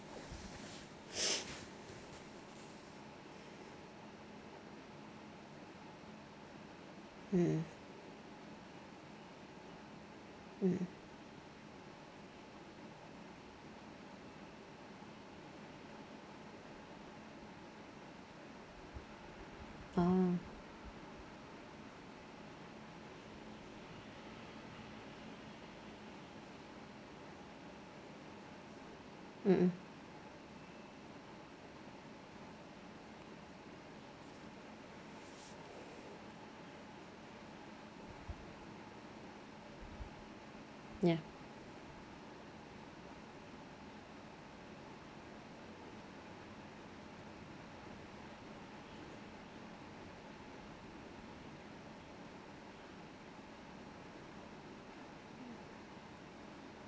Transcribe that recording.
mm mm oh mmhmm ya